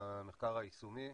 למחקר היישומי,